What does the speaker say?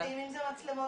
אם זה מצלמות,